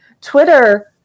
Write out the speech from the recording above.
Twitter